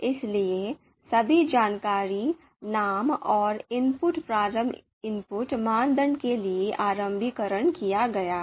इसलिए सभी जानकारी नाम और इनपुट प्रारंभिक इनपुट मानदंड के लिए आरंभीकरण किया गया है